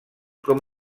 com